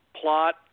plot